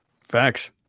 Facts